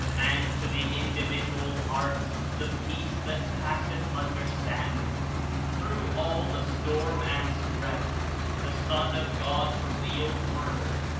and to the individual hearts the peace that passeth understanding through all the storm and stress the sun of god's revealed word,